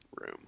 room